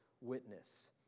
witness